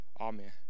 Amen